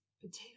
potato